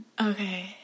okay